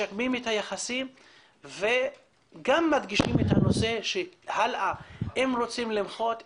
משקמים את היחסים וגם מדגישים את הנושא של הלאה - אם רוצים למחות,